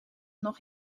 nog